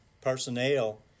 personnel